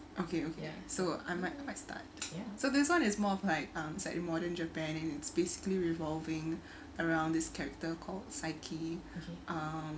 okay okay so I might I start ya so this one is more of like um slightly modern japan and it's basically revolving around this character called saiki um